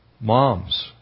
Moms